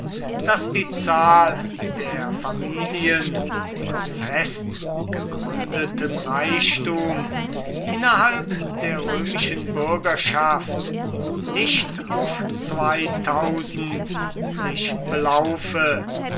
daß die zahl der familien von festgegründetem reichtum innerhalb der römischen bürgerschaft nicht auf sich belaufe